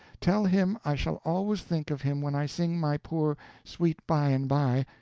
tell him i shall always think of him when i sing my poor sweet by-and-by,